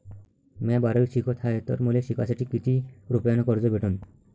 म्या बारावीत शिकत हाय तर मले शिकासाठी किती रुपयान कर्ज भेटन?